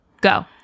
go